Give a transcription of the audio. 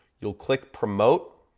you'll click promote,